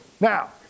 now